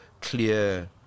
clear